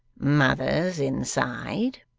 mother's inside